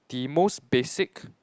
the most basic